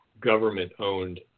government-owned